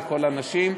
לכל האנשים.